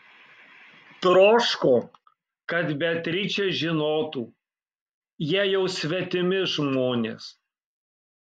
troško kad beatričė žinotų jie jau svetimi žmonės